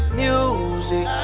music